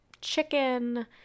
chicken